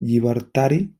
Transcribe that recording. llibertari